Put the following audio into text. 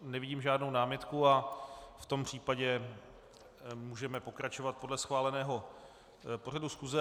Nevidím žádnou námitku, v tom případě můžeme pokračovat podle schváleného pořadu schůze.